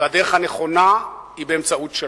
והדרך הנכונה היא באמצעות שלום.